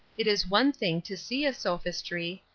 it is one thing to see a sophistry,